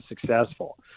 successful